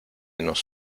nos